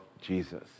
Jesus